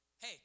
Hey